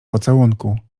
pocałunku